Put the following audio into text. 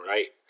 Right